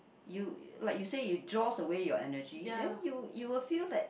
you like you said you draws away your energy then you you will feel like